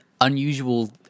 unusual